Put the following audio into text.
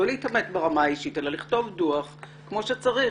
לא להתעמת ברמה האישית אלא לכתוב דוח כמו שצריך